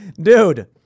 Dude